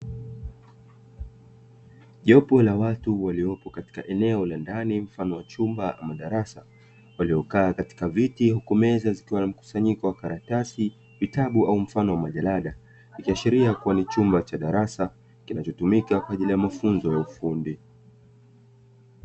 Jopo la watu waliopo katika eneo la ndani mfano wa chumba ama madarasa waliokaa katika viti huku meza zikiwa na mkusanyiko wa karatasi, vitabu au mfano wa majalada ikiashiria kuwa ni chumba cha darasa kinachotumika kwa ajili ya mafunzo ya ufundi.